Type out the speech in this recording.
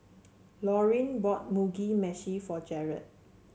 Laurine bought Mugi Meshi for Jarod